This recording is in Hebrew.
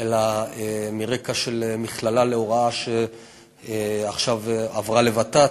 אלא מרקע של מכללה להוראה שעכשיו עברה לוות"ת.